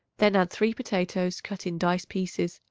then add three potatoes, cut in dice pieces,